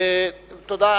תודה.